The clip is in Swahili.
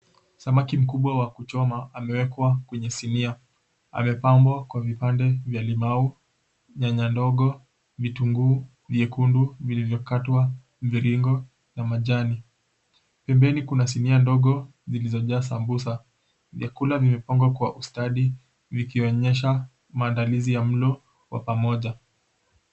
Samaki mkubwa wa kuchoma ameekwa kwenye sinia, amepambwa kwa vipande vya limau, nyanya ndogo, vitunguu vyekundu vilivyokatwa mviringo na majani. Pembeni kuna sinia ndogo zilizojaa sambusa, vyakula vimepambwa kwa ustadi vikionyesha maandalizi ya mlo wa pamoja.